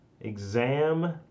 Exam